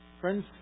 Friends